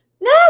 no